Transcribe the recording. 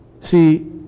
See